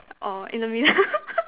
orh in the middle